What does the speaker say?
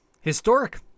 Historic